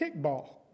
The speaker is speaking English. kickball